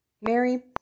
Mary